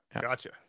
Gotcha